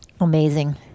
Amazing